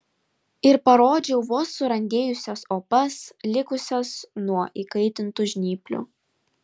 ir parodžiau vos surandėjusias opas likusias nuo įkaitintų žnyplių